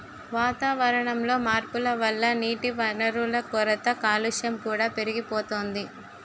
వాతావరణంలో మార్పుల వల్ల నీటివనరుల కొరత, కాలుష్యం కూడా పెరిగిపోతోంది